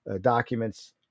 documents